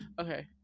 Okay